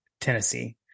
Tennessee